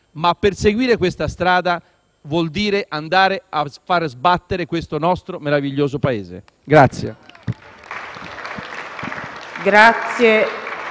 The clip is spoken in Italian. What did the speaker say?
Ma perseguire questa strada vuol dire andare a far sbattere questo nostro meraviglioso Paese.